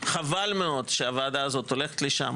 חבל מאוד שהוועדה הזאת הולכת לשם,